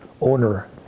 owner